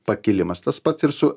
pakilimas tas pats ir su